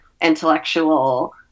intellectual